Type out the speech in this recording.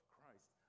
Christ